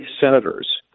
senators